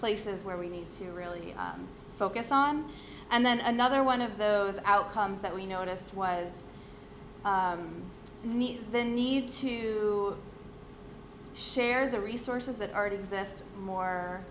places where we need to really focus on and then another one of those outcomes that we noticed was the need to share the resources that already exist more